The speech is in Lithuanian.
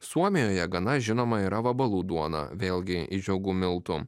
suomijoje gana žinoma yra vabalų duona vėlgi iš žiogų miltų